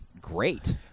great